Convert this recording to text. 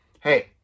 Hey